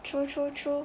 true true true